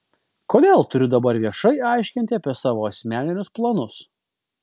kodėl turiu dabar viešai aiškinti apie savo asmeninius planus